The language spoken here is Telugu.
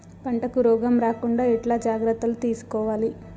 పంటకు రోగం రాకుండా ఎట్లా జాగ్రత్తలు తీసుకోవాలి?